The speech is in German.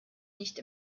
nicht